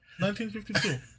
1952